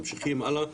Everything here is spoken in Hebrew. ממשיכים הלאה,